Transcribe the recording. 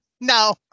No